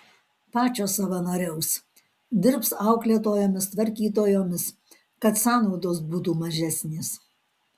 pačios savanoriaus dirbs auklėtojomis tvarkytojomis kad sąnaudos būtų mažesnės